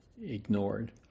ignored